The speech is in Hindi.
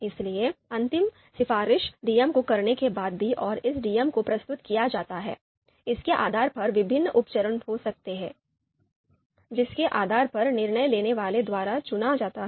इसलिए अंतिम सिफारिश डीएम को करने के बाद भी और इसे डीएम को प्रस्तुत किया जाता है इसके आधार पर विभिन्न उप चरण हो सकते हैं जिसके आधार पर निर्णय लेने वाले द्वारा चुना जाता है